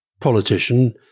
politician